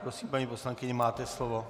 Prosím, paní poslankyně, máte slovo.